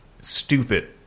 stupid